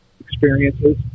experiences